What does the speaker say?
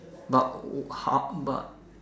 but what how but